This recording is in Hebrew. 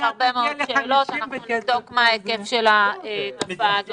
הרבה מאוד שאלות ואנחנו נבדוק מה היקף התופעה הזו.